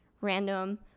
random